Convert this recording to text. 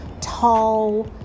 tall